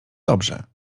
dobrze